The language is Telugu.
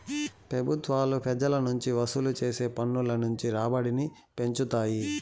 పెబుత్వాలు పెజల నుంచి వసూలు చేసే పన్నుల నుంచి రాబడిని పెంచుతాయి